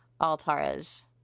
Altara's